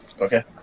Okay